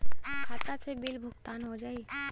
खाता से बिल के भुगतान हो जाई?